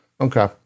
Okay